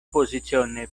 posizione